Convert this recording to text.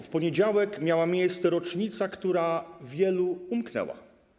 W poniedziałek miała miejsce rocznica, która wielu umknęła.